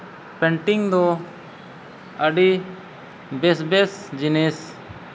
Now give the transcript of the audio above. painting ᱫᱚ ᱟᱹᱰᱤ ᱵᱮᱹᱥᱼᱵᱹᱮᱥ ᱡᱤᱱᱤᱥ